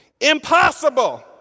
Impossible